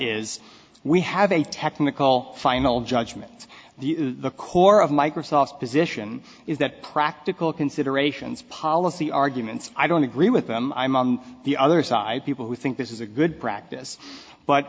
is we have a technical final judgment the the core of microsoft position is that practical considerations policy arguments i don't agree with them i'm on the other side people who think this is a good practice but